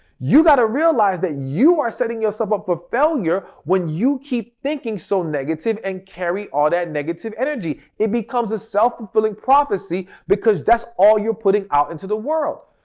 you got to realize that you are setting yourself up for ah failure when you keep thinking so negative and carry all that negative energy. it becomes a self-fulfilling prophecy because that's all you're putting out into the world.